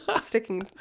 sticking